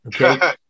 Okay